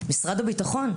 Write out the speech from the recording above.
משרד הביטחון.